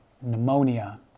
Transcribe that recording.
pneumonia